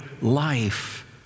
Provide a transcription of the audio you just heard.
life